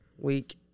week